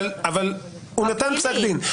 הוא נתן פסק דין.